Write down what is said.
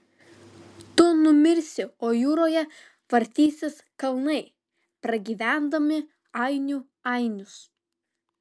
tu numirsi o jūroje vartysis kalnai pragyvendami ainių ainius